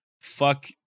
fuck